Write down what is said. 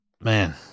Man